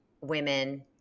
women